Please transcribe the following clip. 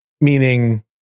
Meaning